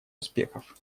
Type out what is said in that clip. успехов